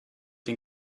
den